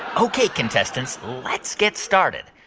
ok, contestants. let's get started.